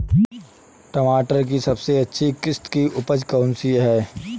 टमाटर की सबसे अच्छी किश्त की उपज कौन सी है?